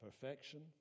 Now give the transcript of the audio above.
Perfection